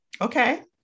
Okay